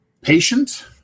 patient